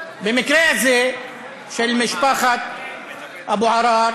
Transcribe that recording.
במקרה הזה של משפחות אבו עראר